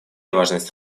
важность